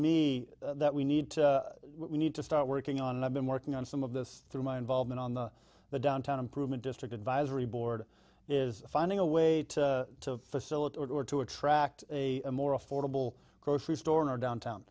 me that we need to we need to start working on and i've been working on some of this through my involvement on the the downtown improvement district advisory board is finding a way to facilitate or to attract a more affordable grocery store in our downtown